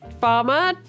farmer